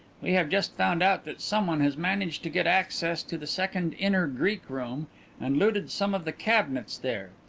we have just found out that someone has managed to get access to the second inner greek room and looted some of the cabinets there.